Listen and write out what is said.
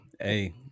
Hey